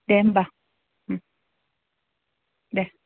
दे होमबा ओम दे